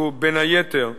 הוא בין היתר "שר,